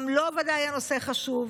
גם לו ודאי הנושא חשוב.